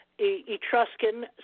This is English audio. Etruscan